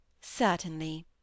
Certainly